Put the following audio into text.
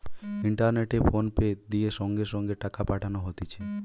ইন্টারনেটে ফোনপে দিয়ে সঙ্গে সঙ্গে টাকা পাঠানো হতিছে